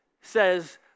says